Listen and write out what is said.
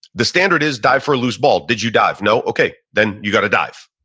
the standard is dive for a loose ball. did you dive, no, okay. then you got to dive.